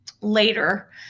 later